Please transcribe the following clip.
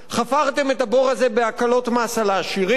חפרתם את הבור הזה בהקלות מס על העשירים,